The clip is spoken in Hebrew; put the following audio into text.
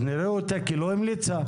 אז נראה אותה כלא המליצה?